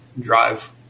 drive